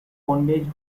bondage